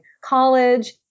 college